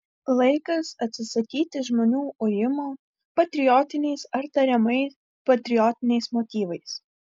laikas atsisakyti žmonių ujimo patriotiniais ar tariamai patriotiniais motyvais